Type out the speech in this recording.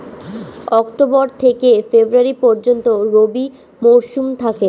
October থেকে ফেব্রুয়ারি পর্যন্ত রবি মৌসুম থাকে